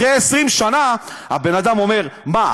אחרי 20 שנה הבן-אדם אומר: מה,